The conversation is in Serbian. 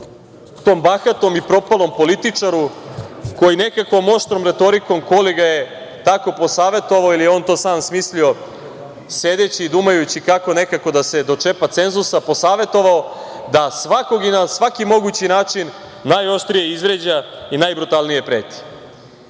tom bahatom i propalom političaru koji nekakvom oštrom retorikom, ko li ga je tako posavetovao ili je on to sam smislio, sedeći i dumajući kako nekako da se dočepa cenzusa, posavetovao da svakog i na svaki mogući način najoštrije izvređa i najbrutalnije preti? Ja